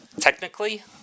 Technically